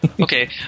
Okay